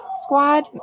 Squad